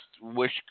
wish